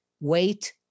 wait